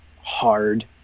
hard